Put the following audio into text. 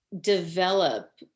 develop